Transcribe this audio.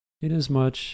inasmuch